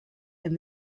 and